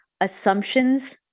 assumptions